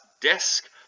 desk